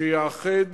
שיאחד